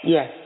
Yes